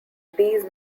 these